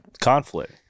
Conflict